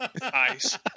Nice